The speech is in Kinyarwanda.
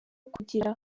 kugira